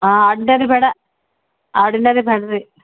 ಆಂ ordinary ಬೇಡ ordinary ಬೇಡ್ರಿ